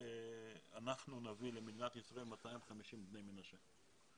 שאנחנו נביא למדינת ישראל 250 בני מנשה.